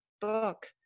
book